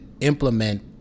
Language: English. implement